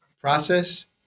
process